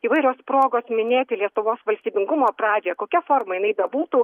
įvairios progos minėti lietuvos valstybingumo pradžią kokia forma jinai bebūtų